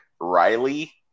Riley